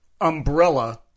Umbrella